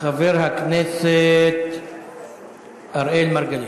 חבר הכנסת אראל מרגלית.